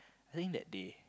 I think that day